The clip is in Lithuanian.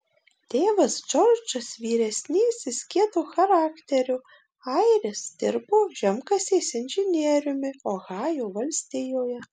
tėvas džordžas vyresnysis kieto charakterio airis dirbo žemkasės inžinieriumi ohajo valstijoje